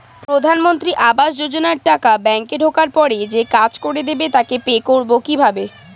প্রধানমন্ত্রী আবাস যোজনার টাকা ব্যাংকে ঢোকার পরে যে কাজ করে দেবে তাকে পে করব কিভাবে?